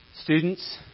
Students